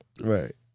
Right